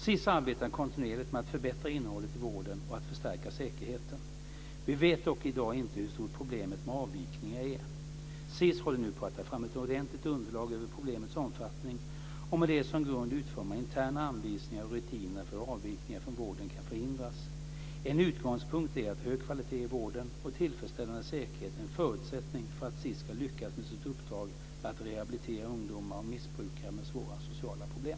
SiS arbetar kontinuerligt med att förbättra innehållet i vården och att förstärka säkerheten. Vi vet dock i dag inte hur stort problemet med avvikningar är. SiS håller nu på att ta fram ett ordentligt underlag över problemets omfattning, och med det som grund utforma interna anvisningar och rutiner för hur avvikningar från vården kan förhindras. En utgångspunkt är att hög kvalitet i vården och tillfredsställande säkerhet är en förutsättning för att SiS ska lyckas med sitt uppdrag att rehabilitera ungdomar och missbrukare med svåra sociala problem.